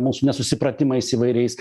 mūsų nesusipratimais įvairiais